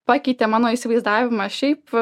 pakeitė mano įsivaizdavimą šiaip